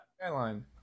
skyline